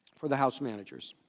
for the house managers